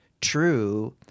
true –